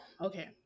okay